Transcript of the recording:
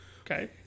Okay